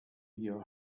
your